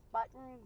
Button